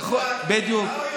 מה הוא יודע על דמוקרטיה?